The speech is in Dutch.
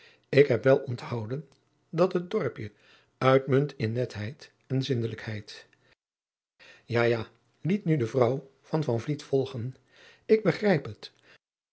ik heb wel onthouden dat het dorpje uitmunt in netheid en zindelijkheid ja ja liet nu de vrouw van van vliet volgen ik begrijp het